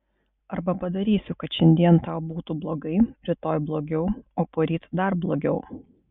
arba padarysiu kad šiandien tau būtų blogai rytoj blogiau o poryt dar blogiau